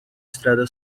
estrada